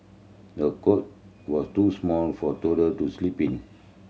the cot was too small for toddler to sleep in